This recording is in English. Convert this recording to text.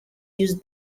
used